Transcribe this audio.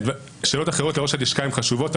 שאלות אחרות לראש הלשכה הן חשובות,